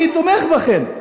אני תומך בכן,